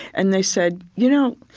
and they said, you know,